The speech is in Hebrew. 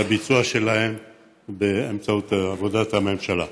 והביצוע שלהן באמצעות עבודת הממשלה.